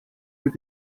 with